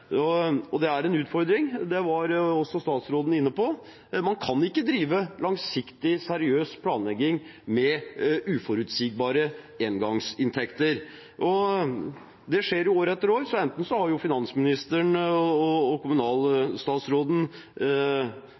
Det er en utfordring, det var også statsråden inne på. Man kan ikke drive langsiktig, seriøs planlegging med uforutsigbare engangsinntekter. Det skjer år etter år, så enten har finansministeren og